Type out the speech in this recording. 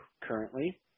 currently